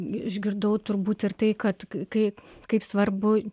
išgirdau turbūt ir tai kad kai kaip svarbu